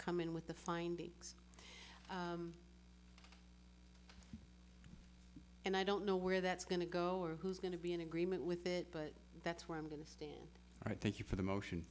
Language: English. come in with the findings and i don't know where that's going to go or who's going to be in agreement with it but that's where i'm going to stand right thank you for the motion